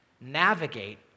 navigate